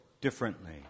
differently